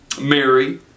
Mary